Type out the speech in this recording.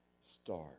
start